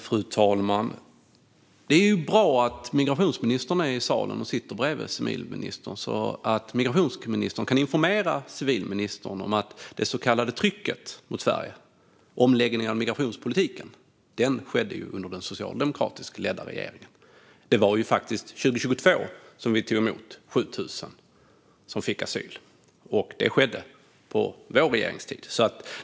Fru talman! Det är bra att migrationsministern är i salen och sitter bredvid civilministern, så att migrationsministern kan informera civilministern om att omläggningen av migrationspolitiken och minskningen av det så kallade trycket mot Sverige skedde under den socialdemokratiskt ledda regeringen. Det var faktiskt år 2022 som vi tog emot 7 000 som fick asyl, och det skedde under vår regeringstid.